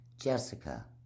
Jessica